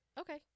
Okay